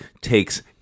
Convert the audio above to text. takes